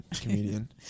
comedian